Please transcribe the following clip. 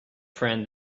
friend